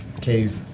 Cave